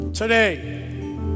Today